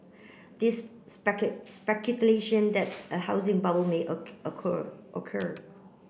this that a housing bubble may occur